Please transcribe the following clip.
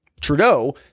Trudeau